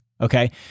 Okay